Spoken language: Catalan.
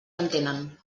entenen